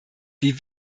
wie